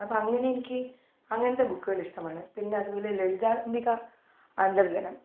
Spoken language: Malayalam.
അപ്പോൾ അങ്ങനെനിക്ക് അങ്ങനത്തെ ബുക്കുകളിഷ്ടമാണ് പിന്നതുപോലെ ലളിതാംമ്പിക അന്തർജ്ജനം